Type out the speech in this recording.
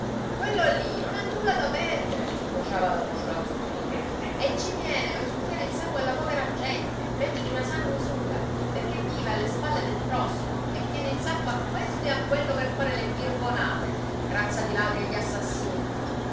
quello lì non ha nulla da perdere vociava dall'uscio la zuppidda e ci viene per succhiare il sangue alla povera gente peggio di una sanguisuga perché vive alle spalle del prossimo e tiene il sacco a questo e a quello per fare le birbonate razza di ladri e di assassini